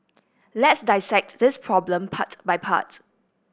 let's dissect this problem part by part